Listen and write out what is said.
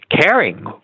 caring